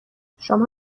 شما